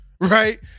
right